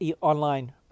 online